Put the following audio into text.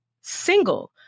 Single